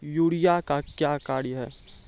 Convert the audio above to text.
Urea का क्या कार्य हैं?